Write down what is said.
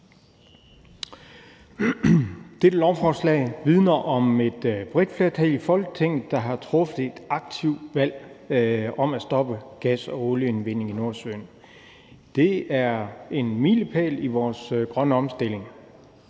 Dette lovforslag vidner om et bredt flertal i Folketinget, der har truffet et aktivt valg om at stoppe gas- og olieindvinding i Nordsøen. Det er en milepæl i vores grønne omstilling.